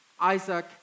Isaac